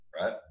Right